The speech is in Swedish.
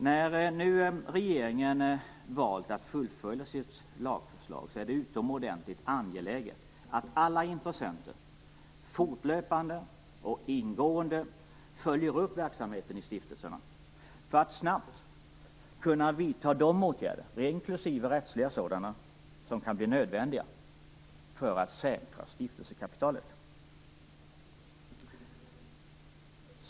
När nu regeringen valt att fullfölja sitt lagförslag är det utomordentligt angeläget att alla intressenter fortlöpande och ingående följer upp verksamheten i stiftelserna för att snabbt kunna vidta de åtgärder, inklusive rättsliga sådana, som kan bli nödvändiga för att säkra stiftelsekapitalet.